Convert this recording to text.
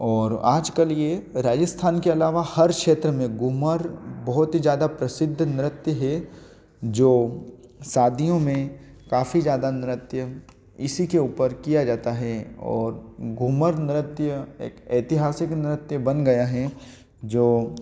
और आजकल ये राजस्थान के अलावा हर क्षेत्र में घूमर बहुत ही ज़्यादा प्रसिद्ध नृत्य है जो शादियों में काफ़ी ज़्यादा नृत्य इसी के ऊपर किया जाता है और घूमर नृत्य एक ऐतिहासिक नृत्य बन गया है जो